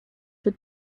for